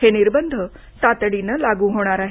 हे निर्बंध तातडीनं लागू होणार आहेत